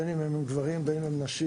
בין אם גברים או נשים,